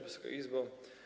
Wysoka Izbo!